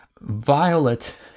violet